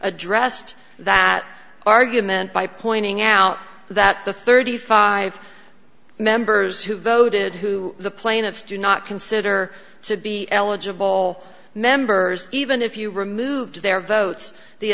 addressed that argument by pointing out that the thirty five members who voted who the plaintiffs do not consider to be eligible members even if you removed their votes the